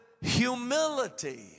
humility